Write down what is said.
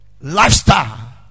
Lifestyle